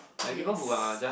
yes